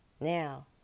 now